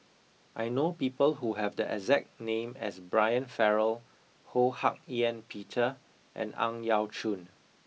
I know people who have the exact name as Brian Farrell Ho Hak Ean Peter and Ang Yau Choon